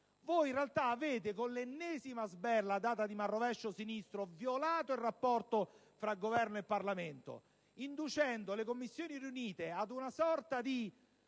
voi in realtà, con l'ennesima sberla data di manrovescio sinistro, avete violato il rapporto tra Governo e Parlamento, inducendo le Commissioni riunite ad una sorta di